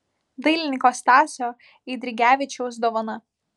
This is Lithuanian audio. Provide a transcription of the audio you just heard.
dailininko stasio eidrigevičiaus dovana